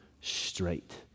straight